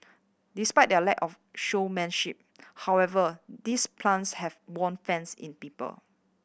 despite their lack of showmanship however these plants have won fans in people